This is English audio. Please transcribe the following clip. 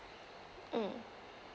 mm